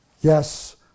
yes